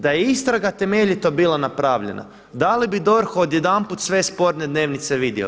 Da je istraga temeljito bila napravljena, da li bi DORH odjedanput sve sporne dnevnice vidio?